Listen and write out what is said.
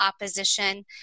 opposition